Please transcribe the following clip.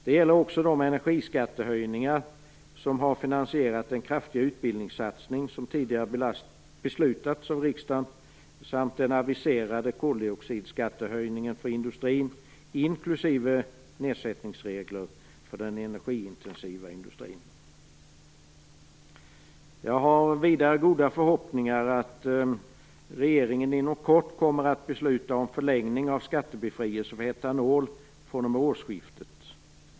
Det gäller också de energiskattehöjningar som har finansierat den kraftiga utbildningssatsning som tidigare beslutats av riksdagen samt den aviserade koldioxidskattehöjningen för industrin, inklusive nedsättningsregler för den energiintensiva industrin. Jag har vidare goda förhoppningar om att regeringen inom kort kommer att besluta om förlängning av skattebefrielsen för etanol fr.o.m. årsskiftet.